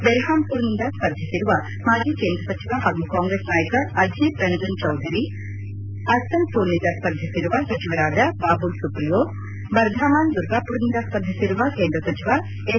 ಬೆರ್ಹಾಂಪುರ್ ನಿಂದ ಸ್ವರ್ಧಿಸಿರುವ ಮಾಜಿ ಕೇಂದ್ರ ಸಚಿವ ಹಾಗೂ ಕಾಂಗ್ರೆಸ್ ನಾಯಕ ಅಧೀರ್ ರಂಜನ್ ಚೌಧರಿ ಅಸ್ಸನ್ಸೋಲ್ನಿಂದ ಸ್ಪರ್ಧಿಸಿರುವ ಸಚಿವರಾದ ಬಾಬುಲ್ ಸುಪ್ರಿಯೋ ಬರ್ಧಾಮನ್ ದುರ್ಗಾಪುರ್ನಿಂದ ಸ್ವರ್ಧಿಸಿರುವ ಕೇಂದ್ರ ಸಚಿವ ಎಸ್